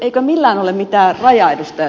eikö millään ole mitään rajaa ed